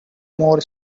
more